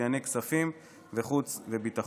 לענייני כספים וחוץ וביטחון.